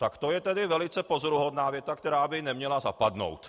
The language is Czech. Tak to je tedy velice pozoruhodná věta, která by neměla zapadnout.